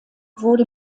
wurde